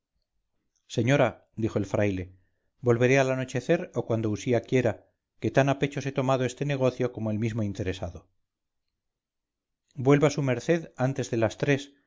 señora dijo el fraile volveré al anochecer o cuando usía quiera que tan a pechos he tomado este negocio como el mismo interesado vuelva su merced antes de las tres